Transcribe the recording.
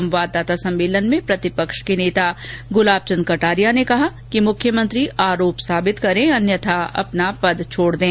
संवाददाता सम्मेलन में प्रतिपक्ष के नेता गुलाब चंद कटारिया ने कहा कि मुख्यमंत्री आरोप साबित करें अन्यथा अपना पद छोड़ दें